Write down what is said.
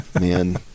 Man